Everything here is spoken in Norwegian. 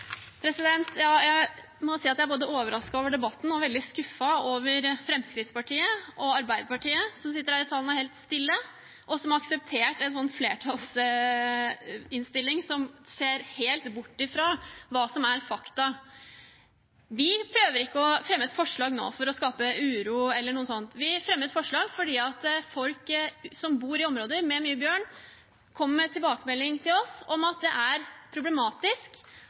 veldig skuffet over Fremskrittspartiet og Arbeiderpartiet, som sitter her i salen og er helt stille, og som har akseptert en flertallsinnstilling som ser helt bort fra hva som er fakta. Vi prøver ikke å fremme et forslag nå for å skape uro eller noe annet. Vi fremmer et forslag fordi folk som bor i områder med mye bjørn, kommer med tilbakemelding til oss om at det er problematisk